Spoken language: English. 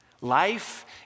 Life